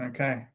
Okay